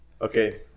okay